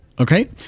Okay